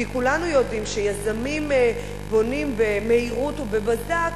כולנו יודעים שכשיזמים בונים במהירות ובבזק,